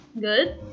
good